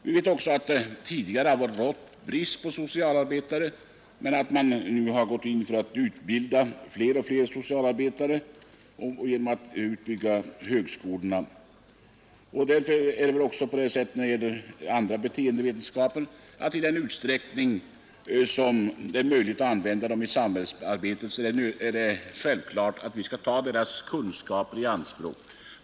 Vi vet också att det tidigare rått brist på socialarbetare men att man nu har gått in för att utbilda fler och fler sådana genom att bygga ut högskolorna. Det är på samma sätt när det gäller andra beteendevetare; i den utsträckning det är möjligt att använda dem i samhällsarbetet skall vi naturligtvis också ta deras kunskaper i anspråk.